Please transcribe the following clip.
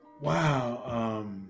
wow